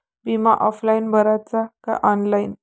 बिमा ऑफलाईन भराचा का ऑनलाईन?